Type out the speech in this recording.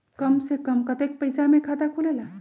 कम से कम कतेइक पैसा में खाता खुलेला?